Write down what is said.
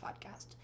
podcast